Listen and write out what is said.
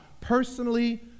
personally